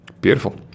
Beautiful